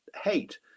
hate